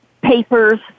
papers